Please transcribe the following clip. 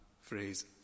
phrase